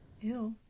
Ew